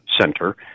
center